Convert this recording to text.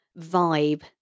vibe